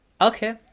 Okay